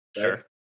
Sure